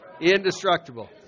indestructible